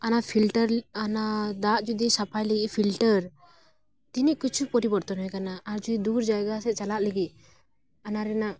ᱟᱱᱟ ᱯᱷᱤᱞᱴᱟᱨ ᱟᱱᱟ ᱫᱟᱜ ᱡᱩᱫᱤ ᱥᱟᱯᱷᱟᱭ ᱞᱟᱹᱜᱤᱫ ᱯᱷᱤᱞᱴᱟᱹᱨ ᱛᱤᱱᱟᱹᱜ ᱠᱤᱪᱷᱩ ᱯᱚᱨᱤ ᱵᱚᱨᱛᱚᱱ ᱦᱩᱭᱟᱠᱟᱱᱟ ᱟᱨ ᱡᱩᱫᱤ ᱫᱩᱨ ᱡᱟᱭᱡᱟ ᱥᱮᱡ ᱪᱟᱞᱟᱜ ᱞᱟᱹᱜᱤᱫ ᱟᱱᱟᱨᱮᱱᱟᱜ